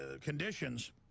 conditions